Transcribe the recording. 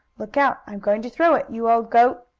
look out! i'm going to throw it, you old goat!